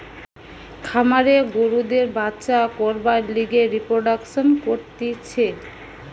খামারে গরুদের বাচ্চা করবার লিগে রিপ্রোডাক্সন করতিছে